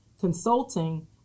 consulting